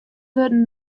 wurden